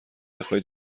بخوای